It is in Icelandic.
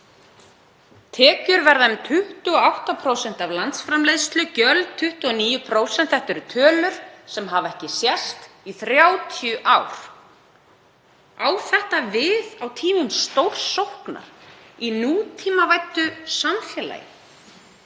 Tekjur verða um 28% af landsframleiðslu, gjöld 29%. Þetta eru tölur sem hafa ekki sést í 30 ár. Á þetta við á tímum stórsóknar í nútímavæddu samfélagi?